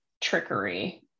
trickery